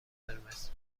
قرمز